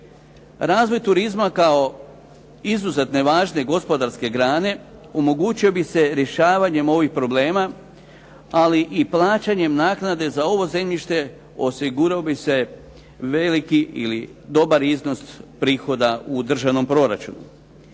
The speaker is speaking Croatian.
Razvoj turizma kao izuzetno važne gospodarske grane omogućio bi se rješavanjem ovih problema, ali i plaćanjem naknade za ovo zemljište osigurao bi se veliki ili dobar iznos prihoda u državnom proračunu.